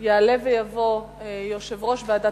יעלה ויבוא יושב-ראש ועדת